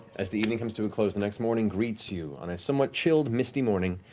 as the evening comes to a close, the next morning greets you on a somewhat chilled, misty morning,